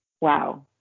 Wow